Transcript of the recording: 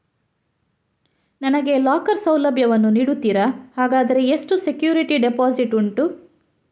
ನನಗೆ ಲಾಕರ್ ಸೌಲಭ್ಯ ವನ್ನು ನೀಡುತ್ತೀರಾ, ಹಾಗಾದರೆ ಎಷ್ಟು ಸೆಕ್ಯೂರಿಟಿ ಡೆಪೋಸಿಟ್ ಉಂಟು?